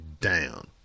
down